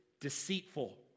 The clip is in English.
deceitful